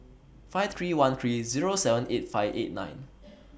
five three one three Zero seven eight five eight nine